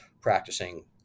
practicing